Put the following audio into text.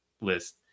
list